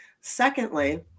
secondly